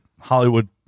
Hollywood